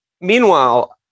meanwhile